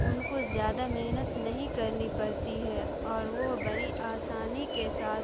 ان کو زیادہ محنت نہیں کرنی پڑتی ہے اور وہ بڑی آسانی کے ساتھ